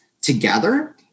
together